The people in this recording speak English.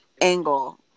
Angle